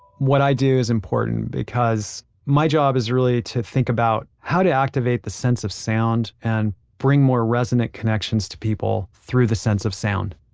what i do is important because my job is really to think about how to activate the sense of sound and bring more resonant connections to people through the sense of sound.